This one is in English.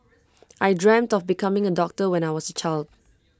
I dreamt of becoming A doctor when I was A child